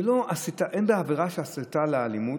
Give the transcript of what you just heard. אין בה עבירה של הסתה לאלימות,